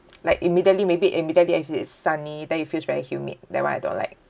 like immediately may be immediately actually it's sunny then it feels very humid that one I don't like